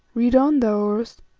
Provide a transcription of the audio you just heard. read on, thou oros.